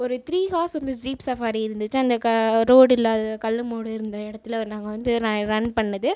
ஒரு three horse வந்து jeep safari இருந்துச்சு அந்த க ரோடில் கல் மேடு இருந்த இடத்துல நாங்கள் வந்து ர ரன் பண்ணது